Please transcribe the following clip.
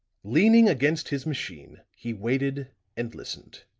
leaning against his machine he waited and listened.